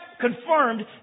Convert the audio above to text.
confirmed